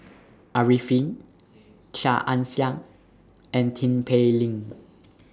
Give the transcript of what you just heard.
Arifin Chia Ann Siang and Tin Pei Ling